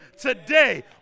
today